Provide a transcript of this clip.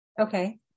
Okay